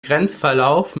grenzverlauf